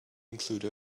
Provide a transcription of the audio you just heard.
include